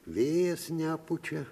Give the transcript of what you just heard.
vėjas nepučia